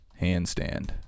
handstand